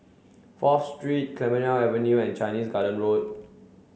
Fourth Street Clemenceau Avenue and Chinese Garden Road